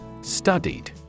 Studied